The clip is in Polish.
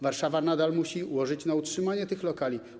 Warszawa nadal musi łożyć na utrzymanie tych lokali.